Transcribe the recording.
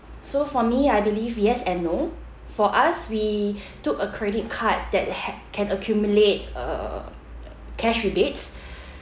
so for me I believe yes and no for us we took a credit card that had can accumulate uh cash rebates